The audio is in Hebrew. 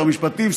שר משפטים,